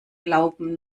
glauben